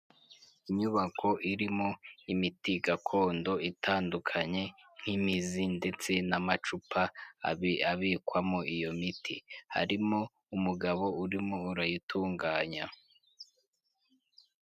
Inyubako irimo imiti gakondo itandukanye nk'imizi ndetse n'amacupa abikwamo iyo miti harimo umugabo urimo urayitunganya.